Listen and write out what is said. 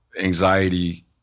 anxiety